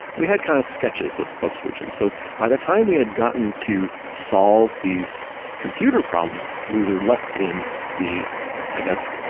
we had kind of sketches of of solutions. so by the time we had gotten to solve these computer problems, we were left in the i guess,